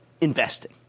investing